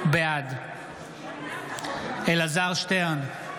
בעד אלעזר שטרן,